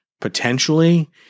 potentially